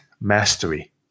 mastery